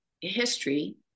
history